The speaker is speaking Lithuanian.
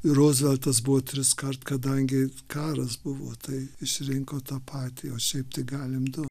ruzveltas buvo triskart kadangi karas buvo tai išsirinko tą patį o šiaip tai galim du